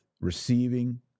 Receiving